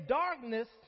darkness